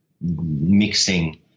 mixing